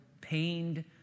pained